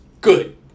good